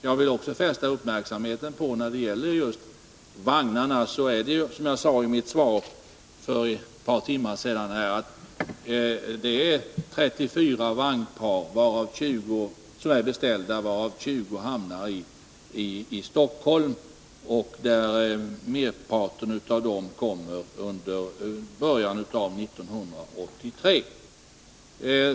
När det gäller just vagnarna vill jag också fästa uppmärksamheten på att det, som jag sade i mitt svar för ett par timmar sedan, är fråga om 34 vagnpar som är beställda, varav 20 hamnar i Stockholm. Merparten av dem kommer att levereras under början av 1983.